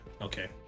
Okay